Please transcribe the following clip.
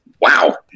wow